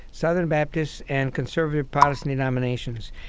southern baptists, and conservative protestant denominations.